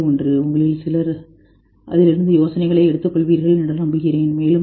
உங்களில் சிலர் அதிலிருந்து யோசனைகளை எடுத்துக்கொள்வார்கள் என்று நம்புகிறேன் மேலும் செல்லுங்கள்